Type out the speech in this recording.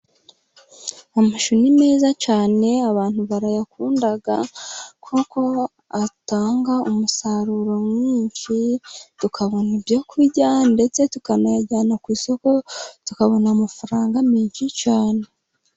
Amashu ni meza cyane abantu barayakunda kuko atanga umusaruro mwinshi, tukabona ibyo kurya ndetse tukanayajyana ku isoko tukabona amafaranga menshi cyane.